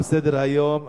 תם סדר-היום.